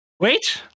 Wait